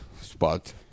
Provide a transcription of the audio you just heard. spot